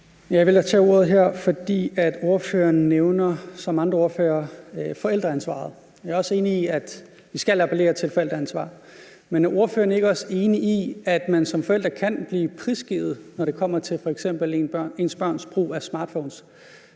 Jeg vælger at tage ordet her, fordi ordføreren ligesom andre ordførere nævner forældreansvaret. Jeg er også enig i, at vi skal appellere til et forældreansvar. Men er ordføreren ikke også enig i, at man som forældre kan blive prisgivet, når det kommer til f.eks. ens børns brug af smartphones?